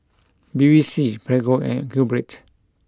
Bevy C Prego and QBread